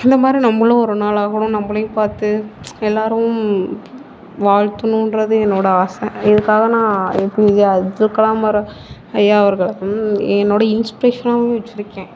இந்த மாதிரி நம்மளும் ஒரு நாள் ஆகணும் நம்மளையும் பார்த்து எல்லாேரும் வாழ்த்தணுகிறது வந்து என்னோட ஆசை இதுக்காக நான் ஏபிஜே அப்துல் கலாம் ஐயா அவர்களை வந்து என்னோட இன்ஸ்பிரேஷனாகவும் வச்சுருக்கேன்